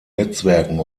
netzwerken